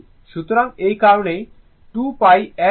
সুতরাং এই কারণেই 2 π n r